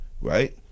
right